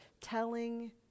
telling